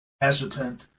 hesitant